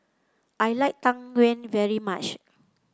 I like Tang Yuen very much